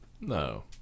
No